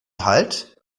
halt